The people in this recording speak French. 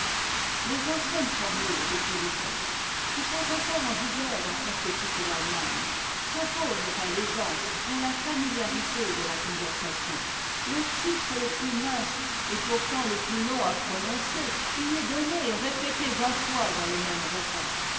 les anciennes formules de politesse qui sont encore en vigueur dans presque toute l'allemagne s'opposent à l'aisance et à ta famifiarité de la conversation te titre le plus mince et pourtant le plus long à prononcer y est donné et répété vingt fois dans le même repas